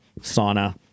sauna